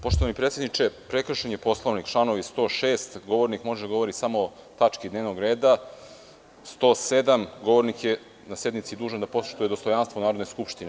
Poštovani predsedniče, prekršen je Poslovnik, član 106. – govornik može da govori samo o tački dnevnog reda, kao član 107. – govornik je na sednici dužan da poštuje dostojanstvo Narodne skupštine.